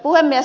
puhemies